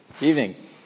evening